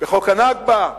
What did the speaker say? בחוק ה"נכבה"